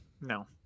No